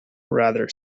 rather